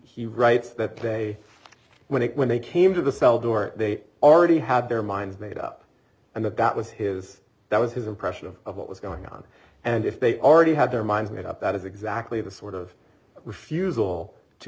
he writes that day when when they came to the cell door they already had their minds made up and that that was his that was his impression of what was going on and if they already have their minds made up that is exactly the sort of refusal to